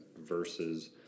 versus